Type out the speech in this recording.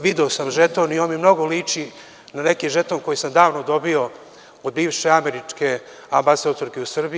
Video sam žeton i on mi mnogo liči na neki žeton koji sam davno dobio od bivše američke ambasadorke u Srbiji.